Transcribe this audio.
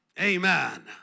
Amen